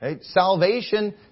Salvation